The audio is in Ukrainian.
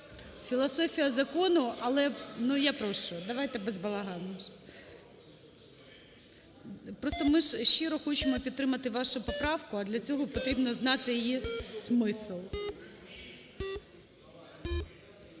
залі) Ну, я прошу, давайте без балагану. Просто ми ж щиро хочемо підтримати вашу поправку, а для цього потрібно знати її смисл.